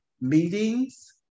meetings